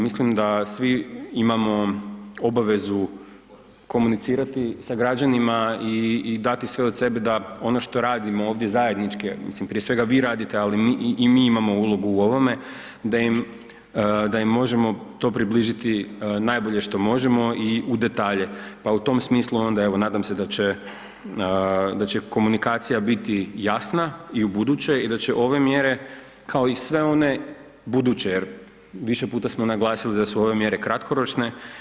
Mislim da svi imamo obavezu komunicirati sa građanima i, i dati sve od sebe da ono što radimo ovdje zajednički, ja mislim prije svega vi radite, ali i mi imamo ulogu u ovome, da im, da im možemo to približiti najbolje što možemo i u detalje, pa u tom smislu onda evo nadam se da će, da će komunikacija biti jasna i ubuduće i da će ove mjere kao i sve one buduće jer više puta smo naglasili da su ove mjere kratkoročne.